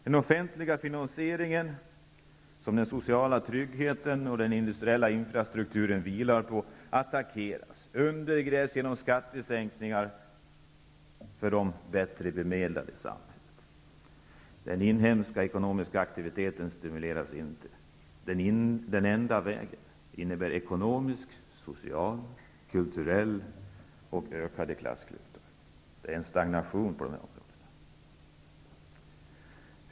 Den offentliga finansiering som den sociala tryggheten och den industriella infrastrukturen vilar på attackeras och undergrävs genom skattesänkningar för de bättre bemedlade i samhället. Den inhemska ekonomiska aktiviteten stimuleras inte. Den enda vägen innebär ekonomisk, social och kulturell nedrustning samt ökade klassklyftor. Det blir en stagnation på dessa områden.